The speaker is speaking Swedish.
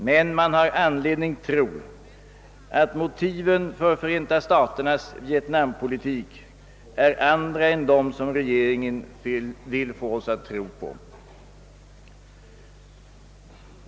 Men man har anledning tro att motiven för Förenta staternas vietnampolitik är andra än dem regeringen vill få oss att tro på.